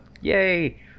Yay